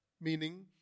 meaning